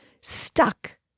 stuck